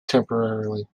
temporarily